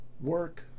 work